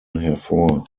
hervor